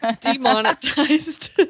Demonetized